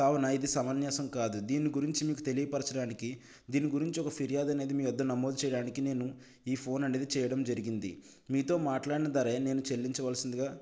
కావున ఇది సమంజసం కాదు దీని గురించి మీకు తెలియపరచడానికి దీని గురించి ఒక ఫిర్యాదు అనేది మీ వద్ద నమోదు చేయడానికి నేను ఈ ఫోన్ అనేది చేయడం జరిగింది మీతో మాట్లాడిన ధరే నేను చెల్లించవలసిందిగా